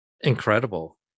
Incredible